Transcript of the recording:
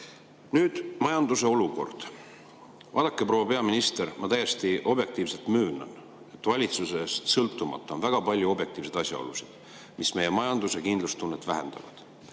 Nüüd majanduse olukord. Vaadake, proua peaminister, ma täiesti möönan, et valitsusest sõltumata on väga palju objektiivseid asjaolusid, mis meie majanduses kindlustunnet vähendavad.